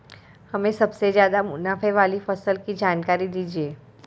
हमें सबसे ज़्यादा मुनाफे वाली फसल की जानकारी दीजिए